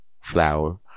flour